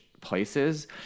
places